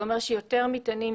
זה אומר שיותר מטענים,